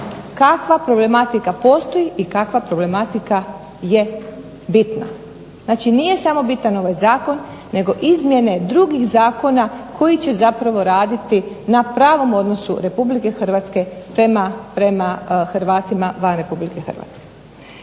kakva problematika postoji i kakva problematika je bitna. Dakle, nije samo bitan ovaj Zakon nego izmjene drugih zakona koji će stvarno raditi na pravom odnosu Republike Hrvatske prema Hrvatima van Republike Hrvatske.